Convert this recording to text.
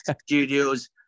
studios